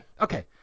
Okay